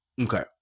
Okay